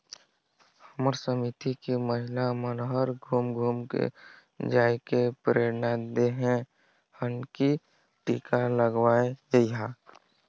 हमर समिति के महिला मन हर घुम घुम के जायके प्रेरना देहे हन की टीका लगवाये जइहा